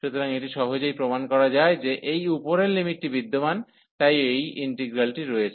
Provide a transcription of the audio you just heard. সুতরাং এটি সহজেই প্রমাণ করা যায় যে এই উপরের লিমিটটি বিদ্যমান তাই এই ইন্টিগ্রালটি রয়েছে